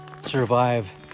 survive